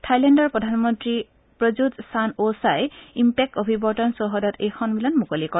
থাইলেণ্ডৰ প্ৰধানমন্ত্ৰী Prayut Chan o cha impact অভিৱৰ্তন চৌহদত এই সন্মিলন মুকলি কৰে